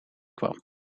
kwam